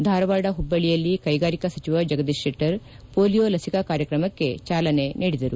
ಧಾರವಾಡ ಹುಬ್ಬಳ್ಳಿಯಲ್ಲಿ ಕೈಗಾರಿಕಾ ಸಚಿವ ಜಗದೀಶ್ ಶೆಟ್ಟರ್ ಪೋಲಿಯೋ ಲಸಿಕಾ ಕಾರ್ಯಕ್ರಮಕ್ಕೆ ಚಾಲನೆ ನೀಡಿದರು